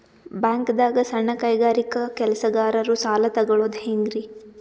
ಬ್ಯಾಂಕ್ದಾಗ ಸಣ್ಣ ಕೈಗಾರಿಕಾ ಕೆಲಸಗಾರರು ಸಾಲ ತಗೊಳದ್ ಹೇಂಗ್ರಿ?